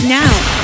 now